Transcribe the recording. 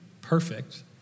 perfect